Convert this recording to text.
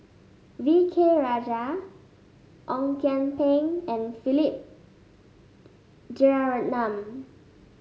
V K Rajah Ong Kian Peng and Philip Jeyaretnam